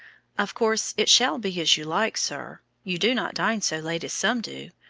of course it shall be as you like, sir. you do not dine so late as some do.